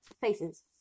faces